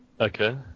Okay